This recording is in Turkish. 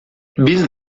biz